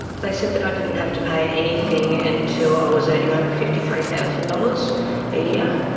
they said that i didn't have to pay anything until i was earning over fifty three thousand dollars a year,